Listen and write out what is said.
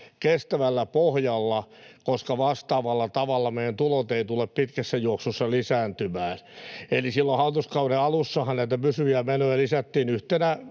kestävällä pohjalla, koska vastaavalla tavalla meidän tulot eivät tule pitkässä juoksussa lisääntymään. Eli silloin hallituskauden alussahan näitä pysyviä menoja lisättiin — yhtenä